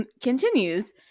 Continues